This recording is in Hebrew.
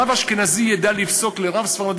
רב אשכנזי ידע לפסוק לרב ספרדי,